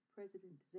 President